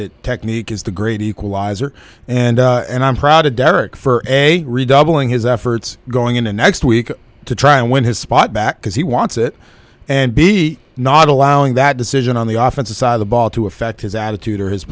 that technique is the great equalizer and and i'm proud of derek for eg redoubling his efforts going into next week to try and win his spot back because he wants it and be not allowing that decision on the off inside the ball to affect his attitude or his